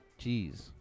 Jeez